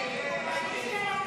הסתייגות